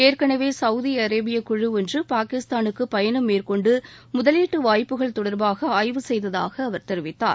ஏற்களவே சவுதி அரேபிய குழு ஒன்று பாகிஸ்தானுக்கு பயணம் மேற்கொண்டு முதலீட்டு வாய்ப்புகள் தொடர்பாக ஆய்வு செய்ததாக அவர் தெரிவித்தார்